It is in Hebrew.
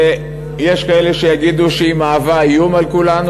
שיש כאלה שיגידו שהיא מהווה איום על כולנו,